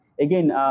Again